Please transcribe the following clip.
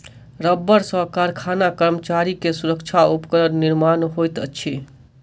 रबड़ सॅ कारखाना कर्मचारी के सुरक्षा उपकरण निर्माण होइत अछि